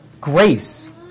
grace